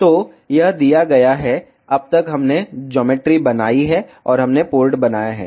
तो यह दिया गया है अब तक हमने ज्योमेट्री बनाई है और हमने पोर्ट बनाया है